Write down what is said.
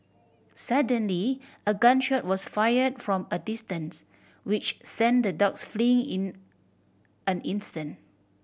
suddenly a gun shot was fired from a distance which sent the dogs flee in an instant